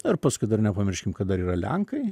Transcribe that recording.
na ir paskui dar nepamirškim kad dar yra lenkai